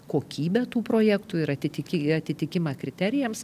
kokybę tų projektų ir atitiki atitikimą kriterijams